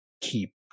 keep